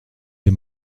les